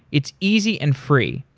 it's easy and free.